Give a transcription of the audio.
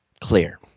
clear